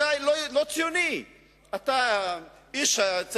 ציונות זאת אהבת